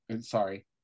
Sorry